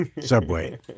subway